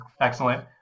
excellent